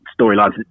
storylines